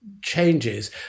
Changes